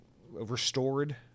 restored